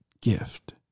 gift